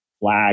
flag